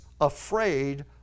afraid